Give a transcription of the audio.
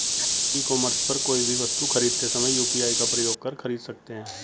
ई commerce पर कोई भी वस्तु खरीदते समय यू.पी.आई का प्रयोग कर खरीद सकते हैं